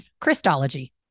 Christology